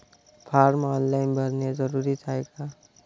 Form online भरने जरुरीचे हाय का?